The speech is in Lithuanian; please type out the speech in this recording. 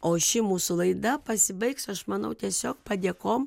o ši mūsų laida pasibaigs aš manau tiesiog padėkom